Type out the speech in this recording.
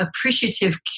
appreciative